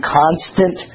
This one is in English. constant